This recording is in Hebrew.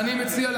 מצוין.